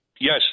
Yes